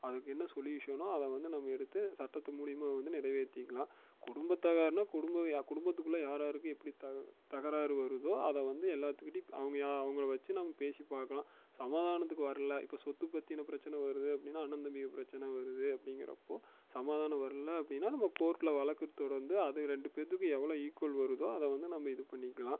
அதுக்கு என்ன சொலியூஷனோ அதை வந்து நம்ம எடுத்து சட்டத்து மூலியமாக வந்து நிறைவேற்றிக்கிலாம் குடும்பதகராறுன்னா குடும்ப யா குடுப்பத்துக்குள்ளே யாராருக்கு எப்படி த தகராறு வருதோ அதை வந்து எல்லாத்துக்கிட்டயும் அவங்க யா அவங்கள வச்சு நாம பேசி பார்க்கலாம் சமாதானத்துக்கு வர்ல இப்போ சொத்து பற்றின பிரச்சனை வருது அப்படின்னா அண்ணன் தம்பிங்க பிரச்சனை வருது அப்படிங்கிறப்போ சமாதானம் வரல அப்படின்னா நம்ப கோர்ட்டில வழக்கு தொடர்ந்து அதில் ரெண்டு பேர்த்துக்கு எவ்வளோ ஈக்குவல் வருதோ அதை வந்து நம்ப இது பண்ணிக்கலாம்